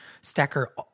stacker